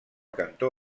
cantó